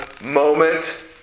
moment